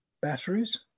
Batteries